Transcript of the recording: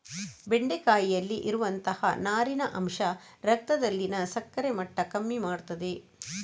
ಬೆಂಡೆಕಾಯಿಯಲ್ಲಿ ಇರುವಂತಹ ನಾರಿನ ಅಂಶ ರಕ್ತದಲ್ಲಿನ ಸಕ್ಕರೆ ಮಟ್ಟ ಕಮ್ಮಿ ಮಾಡ್ತದೆ